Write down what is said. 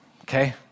okay